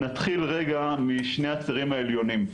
נתחיל רגע משני הצירים העליונים,